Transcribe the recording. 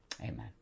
Amen